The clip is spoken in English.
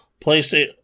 PlayStation